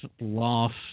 lost